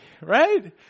right